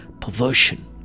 perversion